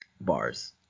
Bars